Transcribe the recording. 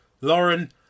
Lauren